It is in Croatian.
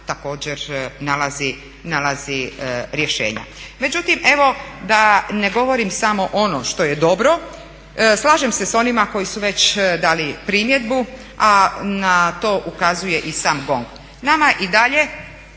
također nalazi rješenja. Međutim, evo da ne govorim samo ono što je dobro slažem se sa onima koji su već dali primjedbu, a na to ukazuje i sam GONG. Nama i dalje